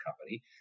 company